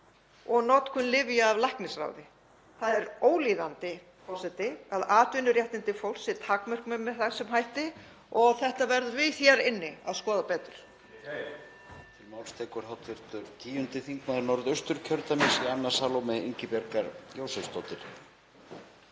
og notkun lyfja af læknisráði. Það er ólíðandi, forseti, að atvinnuréttindi fólks séu takmörkuð með þessum hætti og þetta verðum við hér inni að skoða betur.